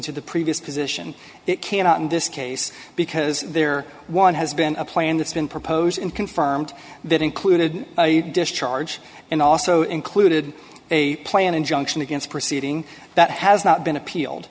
to the previous position it cannot in this case because there one has been a plan that's been proposed in confirmed that included a discharge and also included a plan injunction against proceeding that has not been appealed